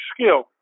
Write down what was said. skill